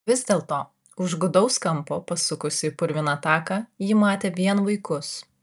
vis dėlto už gūdaus kampo pasukusi į purviną taką ji matė vien vaikus